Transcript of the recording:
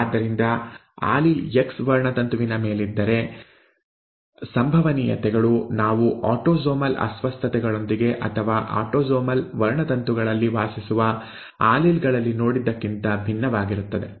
ಆದ್ದರಿಂದ allele X ವರ್ಣತಂತುವಿನ ಮೇಲಿದ್ದರೆ ಸಂಭವನೀಯತೆಗಳು ನಾವು ಆಟೋಸೋಮಲ್ ಅಸ್ವಸ್ಥತೆಗಳೊಂದಿಗೆ ಅಥವಾ ಆಟೋಸೋಮಲ್ ವರ್ಣತಂತುಗಳಲ್ಲಿ ವಾಸಿಸುವ ಆಲೀಲ್ ಗಳಲ್ಲಿ ನೋಡಿದ್ದಕ್ಕಿಂತ ಭಿನ್ನವಾಗಿರುತ್ತವೆ